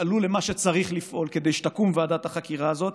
תפעלו למה שצריך לפעול כדי שתקום ועדת החקירה הזאת,